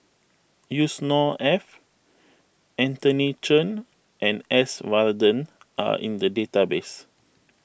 Yusnor Ef Anthony Chen and S Varathan are in the database